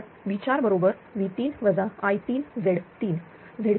तर V4 बरोबर V3 I3Z3